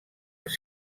els